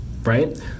right